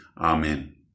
Amen